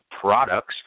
Products